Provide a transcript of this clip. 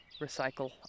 recycle